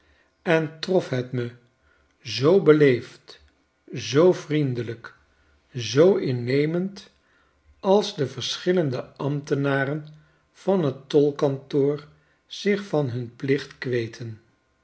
en trof het me zoo beleefd zoo vriendelijk zoo innemend als de verschillende ambtenaren van t tolkantoor zich van hun plicht kweten